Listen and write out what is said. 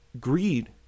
greed